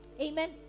amen